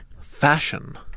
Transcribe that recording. Fashion